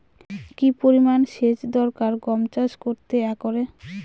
কি পরিমান সেচ দরকার গম চাষ করতে একরে?